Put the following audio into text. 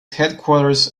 headquarters